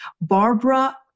Barbara